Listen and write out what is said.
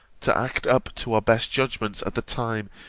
to act up to our best judgments at the time,